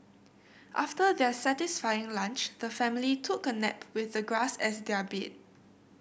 after their satisfying lunch the family took a nap with the grass as their bed